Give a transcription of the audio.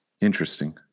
Interesting